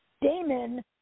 Damon